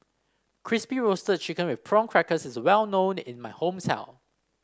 Crispy Roasted Chicken with Prawn Crackers is well known in my hometown